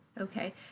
Okay